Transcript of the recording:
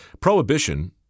Prohibition